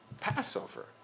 Passover